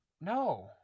No